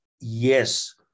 yes